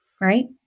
right